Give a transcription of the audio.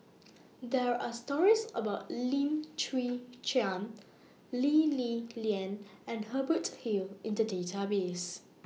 There Are stories about Lim Chwee Chian Lee Li Lian and Hubert Hill in The Database